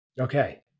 Okay